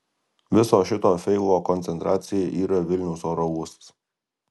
viso šito feilo koncentracija yra vilniaus oro uostas